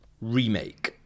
Remake